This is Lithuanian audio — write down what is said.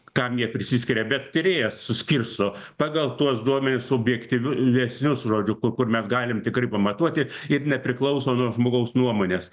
kam jie prisiskiria bet tyrėjas suskirsto pagal tuos duomenis subjektyviu esnius žodžiu kur kur mes galim tikrai pamatuoti ir nepriklauso nuo žmogaus nuomonės